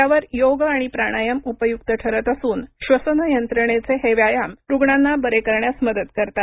यावर योग आणि प्राणायम उपयूक्त ठरत असून ब्धसन यंत्रचे हे व्यायाम रुग्णांना बरे करण्यात मदत करतात